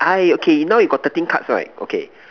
I okay now you got thirteen cards right okay